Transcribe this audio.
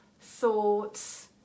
thoughts